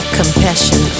compassion